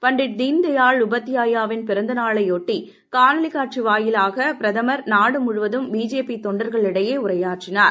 பண்டிட் தீன்தயாள் உபாத்தியாயாவின் பிறந்த நாளையொட்டி காணொலி காட்சி வாயிலாக பிரதமா் நாடு முழுவதும் பிஜேபி தொண்டர்களிடையே உரையாற்றினார்